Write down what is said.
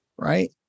right